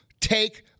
take